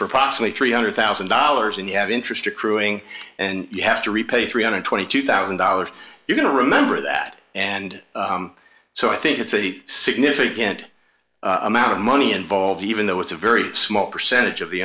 for possibly three hundred thousand dollars and you have interest accruing and you have to repay three hundred twenty two thousand dollars you're going to remember that and so i think it's a significant amount of money involved even though it's a very small percentage of the